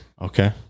Okay